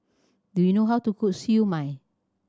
do you know how to cook Siew Mai